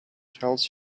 tells